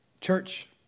Church